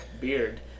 beard